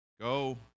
go